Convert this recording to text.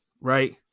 right